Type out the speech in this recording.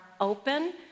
open